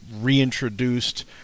reintroduced